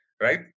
Right